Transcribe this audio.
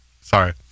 Sorry